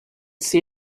see